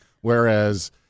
Whereas